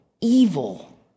evil